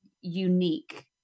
unique